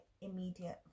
immediate